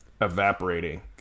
evaporating